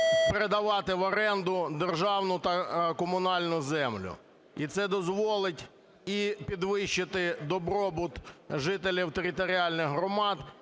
передавати в оренду державну та комунальну землю, і це дозволить і підвищити добробут жителів територіальних громад,